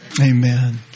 amen